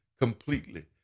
completely